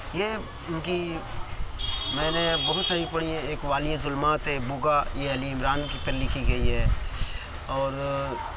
یہ ان کی میں نے بہت ساری پڑھی ہے ایک والی ظلمات ہے بُگا یہ علی عمران کے پہ لکھی گئی ہے اور